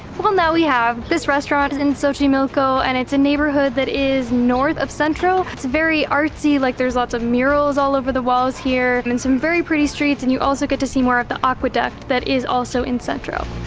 well, now we have. this restaurant in xochimilco and it's a neighborhood that is north of centro. it's very artsy. like there's lots of murals all over the walls here and then some very pretty streets. and you also get to see more of the aqueduct that is also in centro.